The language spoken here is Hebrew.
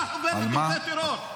אתה חובר לתומכי טרור, אתה לא מתבייש?